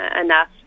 enough